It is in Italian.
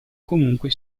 comunque